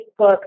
Facebook